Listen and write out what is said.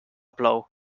plou